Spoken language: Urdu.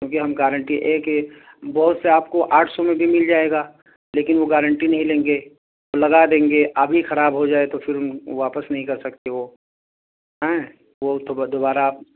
کیونکہ ہم گارنٹی ایک بہت سے آپ کو آٹھ سو میں بھی مل جائے گا لیکن وہ گارنٹی نہیں لیں گے اور لگا دیں گے ابھی خراب ہو جائے تو پھر واپس نہیں کر سکتے وہ آئیں تو اس کے بعد دوبارہ آپ